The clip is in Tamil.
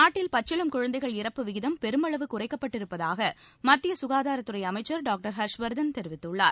நாட்டில் பச்சிளம் குழந்தைகள் இறப்பு விகிதம் பெருமளவு குறைக்கப்பட்டிருப்பதாக மத்திய சுகாதாரத்துறை அமைச்சர் டாக்டர் ஹர்ஷ்வர்தன் தெரிவித்துள்ளார்